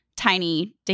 Tiny